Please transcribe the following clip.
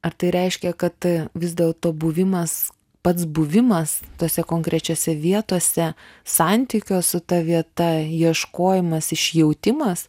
ar tai reiškia kad vis dėlto buvimas pats buvimas tose konkrečiose vietose santykio su ta vieta ieškojimas išjautimas